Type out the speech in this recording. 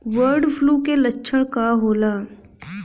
Bird flu के लक्षण का होला?